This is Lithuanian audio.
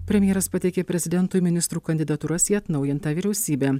premjeras pateikė prezidentui ministrų kandidatūras į atnaujintą vyriausybę